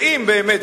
ואם באמת,